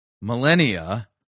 millennia